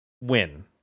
win